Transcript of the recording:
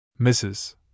Mrs